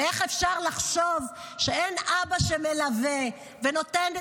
ואיך אפשר לחשוב שאין אבא שמלווה ונותן,